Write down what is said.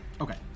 Okay